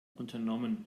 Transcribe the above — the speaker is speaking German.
unternommen